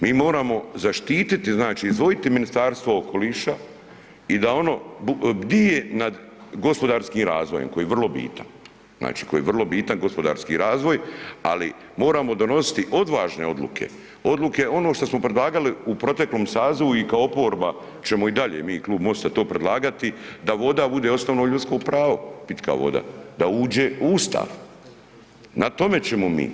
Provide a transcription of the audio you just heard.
Mi moramo zaštiti, znači izdvojiti Ministarstvo okoliša i da ono bdije nad gospodarskim razvojem koji je vrlo bitan, znači koji je vrlo bitan gospodarski razvoj ali moramo donositi odvažne odluke, odluke ono što smo predlagali u proteklom sazivu i kao oporba ćemo i dalje, mi Klub MOST-a to predlagati, da voda bude osnovno ljudsko pravo, pitka voda, da uđe u Ustav, na tome ćemo mi.